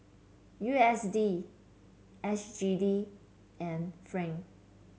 U S D S G D and franc